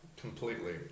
completely